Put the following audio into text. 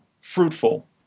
fruitful